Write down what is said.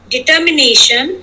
Determination